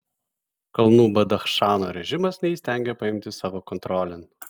kalnų badachšano režimas neįstengia paimti savo kontrolėn